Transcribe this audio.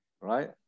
right